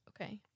Okay